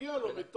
מגיע לו.